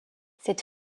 cette